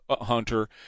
Hunter